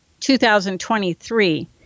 2023